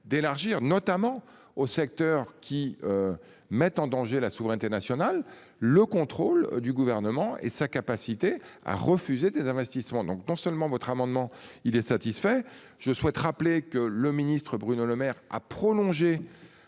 d'élargir notamment aux secteurs qui. Mettent en danger la souveraineté nationale, le contrôle du gouvernement et sa capacité à refuser des investissements donc non seulement votre amendement. Il est satisfait, je souhaite rappeler que le ministre-Bruno Lemaire a prolongé